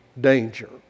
danger